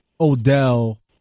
Odell